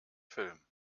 film